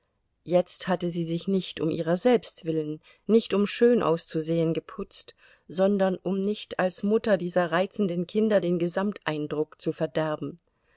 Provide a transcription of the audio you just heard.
jetzt hatte sie sich nicht um ihrer selbst willen nicht um schön auszusehen geputzt sondern um nicht als mutter dieser reizenden kinder den gesamteindruck zu verderben